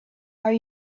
are